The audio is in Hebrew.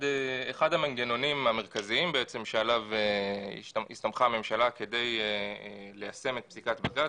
אחד המנגנונים המרכזיים שעליו הסתמכה הממשלה כדי ליישם את פסיקת בג"ץ,